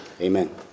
Amen